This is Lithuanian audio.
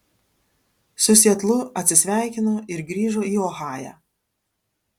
su sietlu atsisveikino ir grįžo į ohają